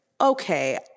okay